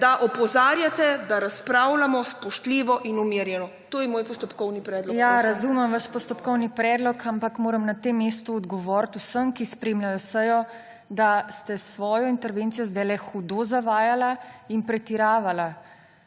da opozarjate, da razpravljamo spoštljivo in umirjeno. To je moj postopkovni predlog, prosim. **PODPREDSEDNICA TINA HEFERLE:** Ja, razumem vaš postopkovni predlog, ampak moram na tem mestu odgovoriti vsem, ki spremljajo sejo, da ste s svojo intervencijo zdajle hudo zavajali in pretiravali.